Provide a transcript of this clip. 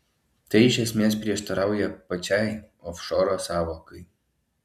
tai iš esmės prieštarauja pačiai ofšoro sąvokai